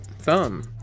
thumb